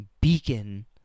beacon